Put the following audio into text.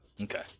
Okay